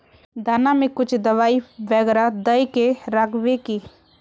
दाना में कुछ दबाई बेगरा दय के राखबे की?